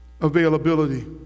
Availability